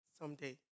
someday